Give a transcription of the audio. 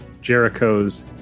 Jericho's